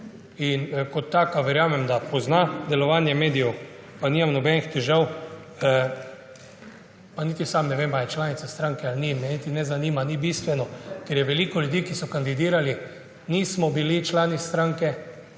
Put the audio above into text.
in kot taka verjamem, da pozna delovanje medijev. Pa nimam nobenih težav, niti sam ne vem, ali je članica stranke ali ni, me niti ne zanima, ni bistveno. Veliko ljudi, ki smo kandidirali, nismo bili člani stranke,